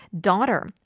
daughter